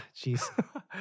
Jeez